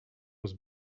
was